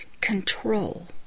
Control